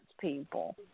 people